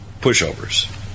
pushovers